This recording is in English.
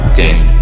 game